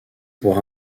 pour